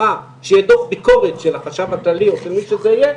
כשיהיה דוח ביקורת של החשב הכללי או מי שזה לא יהיה,